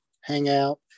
hangout